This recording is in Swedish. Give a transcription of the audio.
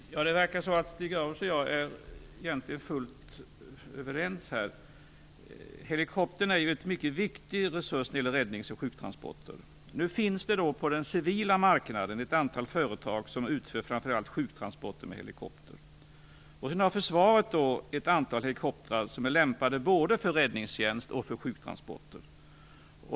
Fru talman! Det verkar som om Stig Grauers och jag egentligen är helt överens. Helikoptern är en mycket viktig resurs när det gäller räddnings och sjuktransporter. Det finns ändå på den civila marknaden ett antal företag som utför framför allt sjuktransporter med helikopter. Försvaret har å sin sida ett antal helikoptrar som är lämpade både för räddningstjänst och för sjuktransporter.